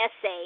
essay